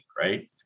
right